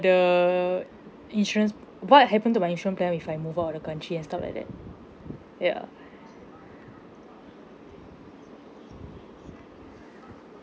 the insurance what happen to my insurance plan if I move out of the country and stuff like that ya